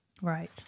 Right